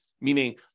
meaning